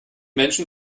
menschen